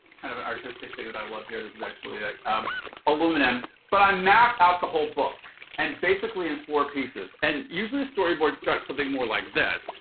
kind of artistic thing that i love here, this is actually like ah um aluminum. but i map out the whole book. and basically in four pieces. and usually storyboards start something more like this,